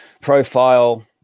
profile